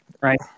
Right